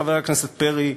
חבר הכנסת פרי,